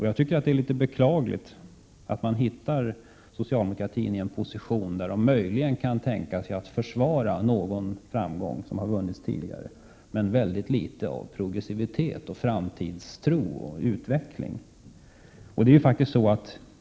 Jag anser det vara något beklagligt att man finner socialdemokraterna i en position där de möjligen kan tänka sig att försvara någon framgång som har vunnits tidigare, men visar mycket litet av progressivitet, framtidstro och utveckling.